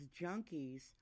junkies